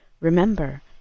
Remember